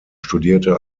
studierte